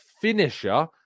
finisher